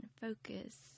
focus